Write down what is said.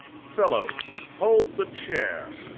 fellows, hold the chair.